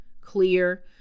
clear